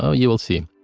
ah you will see.